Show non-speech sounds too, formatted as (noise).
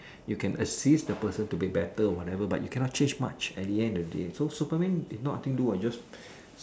you can assist the person to be better or whatever but you can not change much at the end of the day so Superman did not thing do what he just (breath)